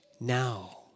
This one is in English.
now